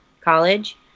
college